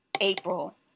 April